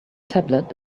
tablet